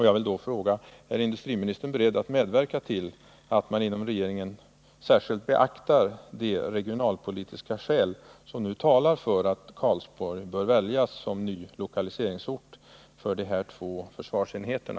Jag vill då fråga: Är industriministern beredd att medverka till att man inom regeringen särskilt beaktar de regionalpolitiska skäl som nu talar för att Karlsborg bör väljas som ny lokaliseringsort för de här två försvarsenheterna?